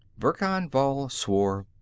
verkan vall swore.